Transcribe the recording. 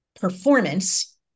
performance